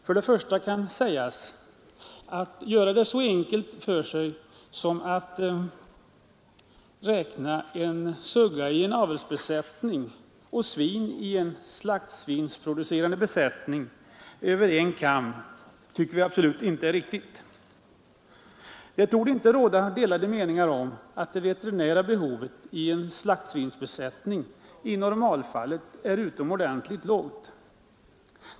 Först och främst kan sägas att metoden att skära suggor i en avelsbesättning och svin i en slaktsvinsproducerande besättning över en kam tycker vi inte är riktigt. Det torde inte råda delade meningar om att det veterinära behovet i en slaktsvinsbesättning i normalfallen är utomordentligt litet.